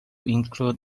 include